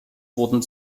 worden